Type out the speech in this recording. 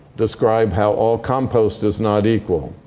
describe how all compost is not equal.